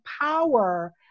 power